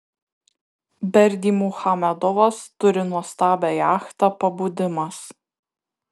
berdymuchamedovas turi nuostabią jachtą pabudimas